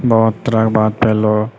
बहुत तरहके बात भेलौ